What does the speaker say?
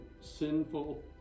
sinful